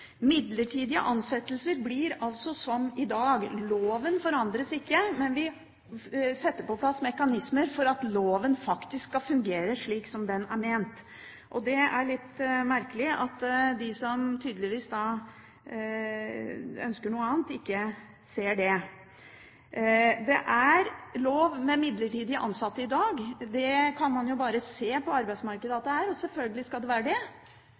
Midlertidige ansettelser blir altså som i dag. Loven forandres ikke, men vi setter på plass mekanismer for at loven faktisk skal fungere slik som den er ment. Det er litt merkelig at de som tydeligvis ønsker noe annet, ikke ser det. Det er lov med midlertidig ansatte i dag. Det kan man jo bare se på arbeidsmarkedet at det er. Og selvfølgelig skal det være det.